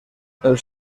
els